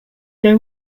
they